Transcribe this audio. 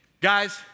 Guys